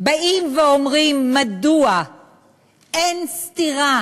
באים ואומרים מדוע אין סתירה